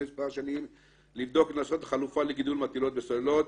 מספר שנים לבדוק חלופה לגידול מטילות בסוללות,